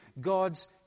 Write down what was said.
God's